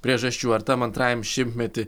priežasčių ar tam antrajam šimtmety